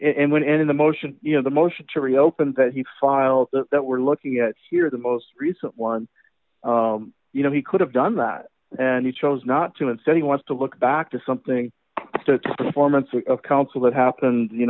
and in the motion you know the motion to reopen that he files that we're looking at here the most recent one you know he could have done that and he chose not to and said he wants to look back to something performance of counsel that happened you